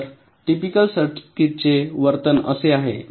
तर टिपिकल सर्किट्सचे वर्तन असे आहे